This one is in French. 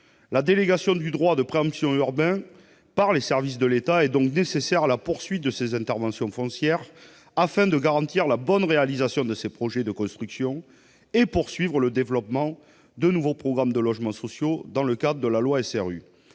La délégation du droit de préemption urbain par les services de l'État est donc nécessaire pour que se poursuivent ces interventions foncières. C'est ainsi que l'on garantira la bonne réalisation de ces projets de construction et que l'on poursuivra le développement de nouveaux programmes de logements sociaux dans le cadre de la loi SRU.